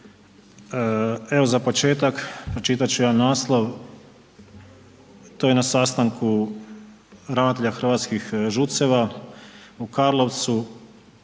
Evo za početak pročitat ću jedan naslov, to je na sastanku ravnatelja hrvatskih ŽUC-eva, u Karlovcu,